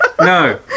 No